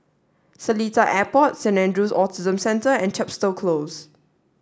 Seletar Airport Saint Andrew's Autism Centre and Chepstow Close